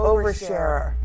Oversharer